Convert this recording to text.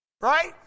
Right